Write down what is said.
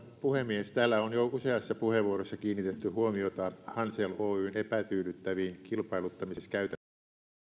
puhemies täällä on jo useassa puheenvuorossa kiinnitetty huomiota hansel oyn epätyydyttäviin kilpailuttamiskäytäntöihin